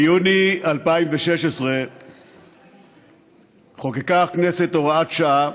ביוני 2016 חוקקה הכנסת הוראת שעה